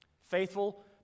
faithful